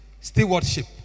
stewardship